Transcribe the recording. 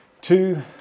two